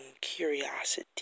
curiosity